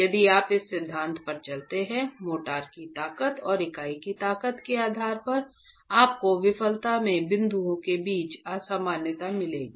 यदि आप इस सिद्धांत पर चलते हैं मोर्टार की ताकत और इकाई की ताकत के आधार पर आपको विफलता के बिंदुओं के बीच असमानता मिलेगी